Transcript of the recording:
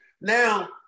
Now